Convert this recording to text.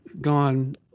gone